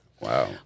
Wow